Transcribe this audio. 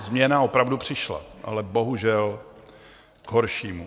Změna opravdu přišla, ale bohužel k horšímu.